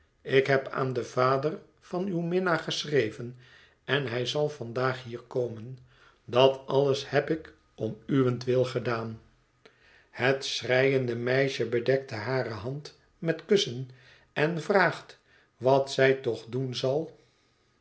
ik heb aan den vader van uw minnaar geschreven en hij zal vandaag hier komen dat alles heb ik om uwentwil gedaan het schreiende meisje bedekt hare hand met kussen en vraagt wat zij toch doen zal